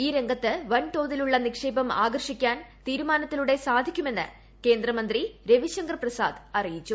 ഈ രംഗത്ത് വൻതോതിലുള്ള നിക്ഷേപം ആകർഷിക്കാൻ തീരുമാനത്തിലൂടെ സാധിക്കുമെന്ന് കേന്ദ്രമന്ത്രി രവിശങ്കർ പ്രസാദ് അറിയിച്ചു